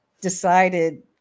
decided